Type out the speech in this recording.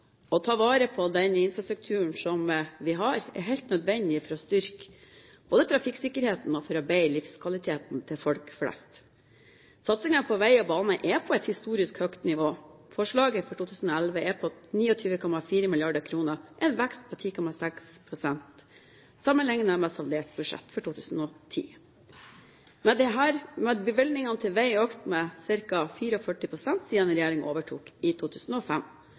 Å ta vare på den infrastrukturen som vi har, er helt nødvendig for både å styrke trafikksikkerheten og for å bedre livskvaliteten til folk flest. Satsingen på vei og bane er på et historisk høyt nivå. Forslaget for 2011 er på 29,4 mill. kr, en vekst på 10,6 pst. sammenliknet med saldert budsjett for 2010. Med dette har bevilgningene økt med ca. 44 pst. siden regjeringen overtok i 2005.